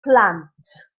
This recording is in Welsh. plant